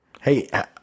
hey